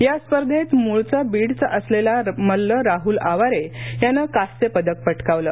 या स्पर्धेत मूळचा बीडचा असलेला मल्ल राहुल आवारे यानं कांस्यपदक पटकावलं